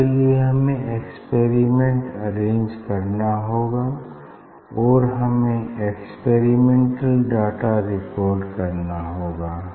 इसके लिए हमें एक्सपेरिमेंट अरेंज करना होगा और हमें एक्सपेरिमेंटल डाटा रिकॉर्ड करना होगा